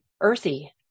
earthy